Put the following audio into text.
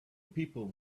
people